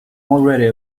already